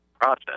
process